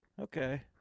Okay